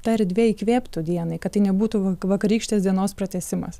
ta erdvė įkvėptų dienai kad tai nebūtų vakarykštės dienos pratęsimas